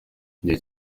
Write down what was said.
igihe